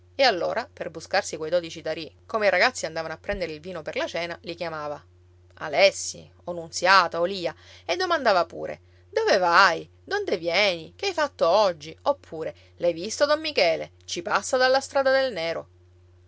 e allora per buscarsi quei dodici tarì come i ragazzi andavano a prendere il vino per la cena li chiamava alessi o nunziata o lia e domandava pure dove vai d'onde vieni che hai fatto oggi oppure l'hai visto don michele ci passa dalla strada del nero